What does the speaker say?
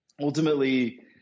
ultimately